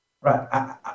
Right